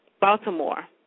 Baltimore